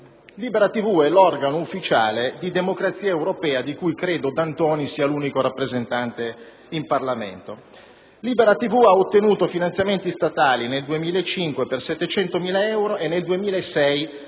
Libera TV, che è l'organo ufficiale di Democrazia Europea, di cui credo D'Antoni sia l'unico rappresentante in Parlamento. Libera TV ha ottenuto finanziamenti statali nel 2005 per 700.000 euro e nel 2006 per 2.400.000 euro